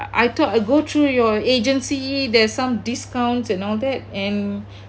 I thought go through your agency there's some discounts and all that and